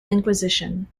inquisition